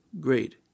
great